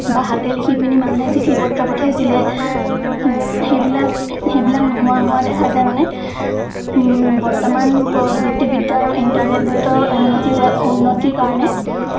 বা হাতেৰে লিখি পেনি মানুহে চিঠি পত্ৰ পঠিয়াইছিলে সেইবিলাক সেইবিলাক নোহোৱা হোৱা দেখা যায় মানে বৰ্তমান প্ৰযুক্তিবিদ্যা আৰু ইণ্টাৰনেটৰ উন্নতিৰ বা উন্নতিৰ কাৰণে